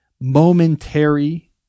momentary